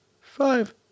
five